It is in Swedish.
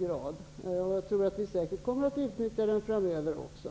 grad har utnyttjat. Vi kommer säkert, tror jag, att utnyttja den framöver också.